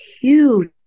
huge